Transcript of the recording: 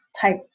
type